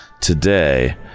today